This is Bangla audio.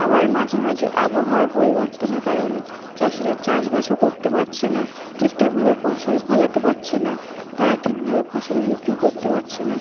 আবার মাঝে মাঝে আবহাওয়ার পরিবর্তনের কারণে চাষিরা চাষবাসও করতে পারছে না ঠিকঠাকভাবে ফসল ফলাতে পারছে না তারা ঠিকভাবে ফসল বিক্রি করতে পারছে না